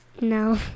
No